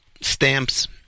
stamps